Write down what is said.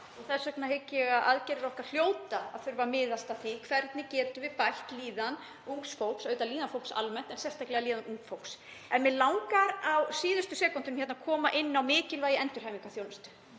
þess vegna hygg ég að aðgerðir okkar hljóti að þurfa að miða að því hvernig við getum bætt líðan ungs fólks, auðvitað líðan fólks almennt en sérstaklega ungs fólks. En mig langar á síðustu sekúndunum að koma inn á mikilvægi endurhæfingarþjónustu,